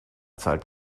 zahlt